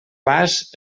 vas